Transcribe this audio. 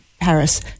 Paris